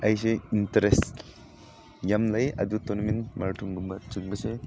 ꯑꯩꯁꯦ ꯏꯟꯇꯔꯦꯁ ꯌꯥꯝ ꯂꯩ ꯑꯗꯨ ꯇꯣꯔꯅꯥꯃꯦꯟ ꯃꯔꯥꯊꯣꯟꯒꯨꯝꯕ ꯆꯦꯟꯕꯁꯦ